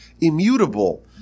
immutable